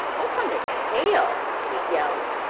what's on the tail? he yelled.